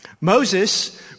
Moses